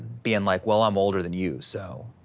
being like, well, i'm older than you, so.